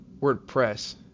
WordPress